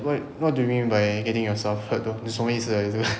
what what do you mean by getting yourself hurt though there is only the exam~